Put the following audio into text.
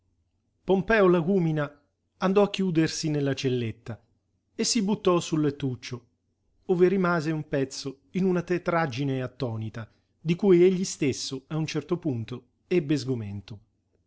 pompeo lagúmina andò a chiudersi nella celletta e si buttò sul lettuccio ove rimase un pezzo in una tetraggine attonita di cui egli stesso a un certo punto ebbe sgomento